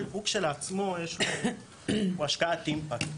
הוא כשלעצמו השקעת אימפקט,